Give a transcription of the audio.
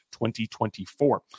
2024